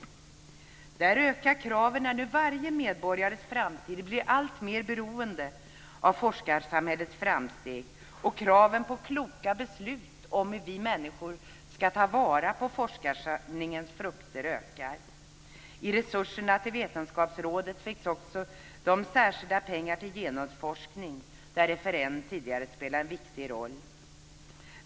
Kraven ökar när nu varje medborgares framtid blir alltmer beroende av forskarsamhällets framsteg, och kraven på kloka beslut om hur vi människor ska ta vara på forskningens frukter ökar. I resurserna till Vetenskapsrådet finns också särskilda pengar till genusforskning. Där spelade tidigare FRN en viktig roll.